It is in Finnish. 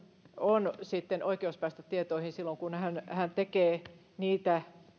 on oikeus päästä tietoihin silloin kun hän hän tekee